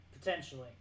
potentially